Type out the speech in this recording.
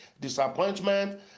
disappointment